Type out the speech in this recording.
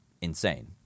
insane